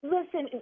Listen